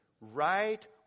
right